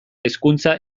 hizkuntza